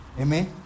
Amen